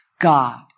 God